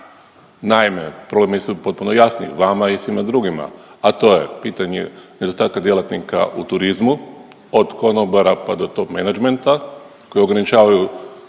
Naime, problemi su potpuno jasni, vama i svima drugima, a to je pitanje nedostatka djelatnika u turizmu, od konobara pa do tog menadžmenta koji ograničavaju